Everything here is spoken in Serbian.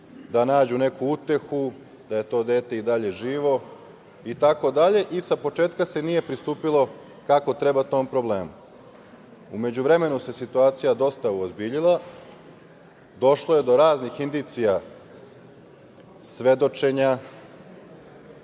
da nađu neku utehu da je to dete i dalje živo itd. i sa početka se nije pristupilo kako treba tom problemu.U međuvremenu se situacija dosta uozbiljila. Došlo je do raznih indicija, svedočenja